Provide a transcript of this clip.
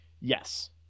Yes